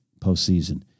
postseason